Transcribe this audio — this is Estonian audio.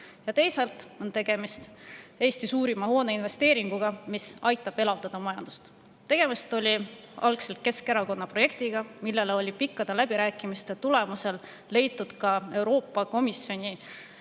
Teisalt on tegemist Eesti suurima hooneinvesteeringuga, mis aitab elavdada majandust. Algselt oli tegemist Keskerakonna projektiga, millele oli pikkade läbirääkimiste tulemusel leitud ka Euroopa Komisjoni